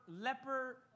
leper